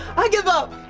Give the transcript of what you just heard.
i give up!